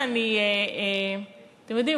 אתם יודעים,